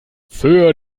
für